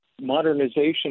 modernization